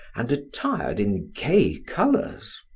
and attired in gay colors.